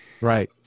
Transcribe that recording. Right